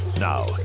Now